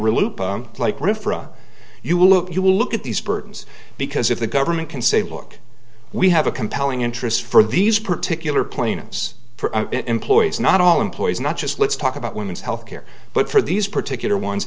really like room for a you will look you will look at these burdens because if the government can say look we have a compelling interest for these particular points for employees not all employees not just let's talk about women's health care but for these particular ones